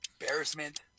embarrassment